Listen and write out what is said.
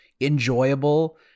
enjoyable